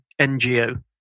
NGO